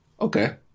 Okay